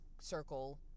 circle